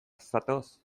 zatoz